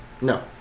No